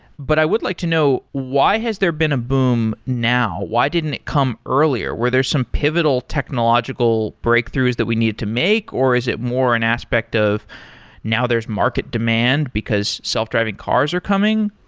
but i would like to know why has there been a boom now. why didn't it come earlier? were there's some pivotal technological breakthroughs that we needed to make or is it more an aspect of now there's market demand because self-driving cars are coming?